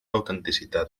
autenticitat